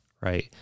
right